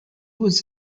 was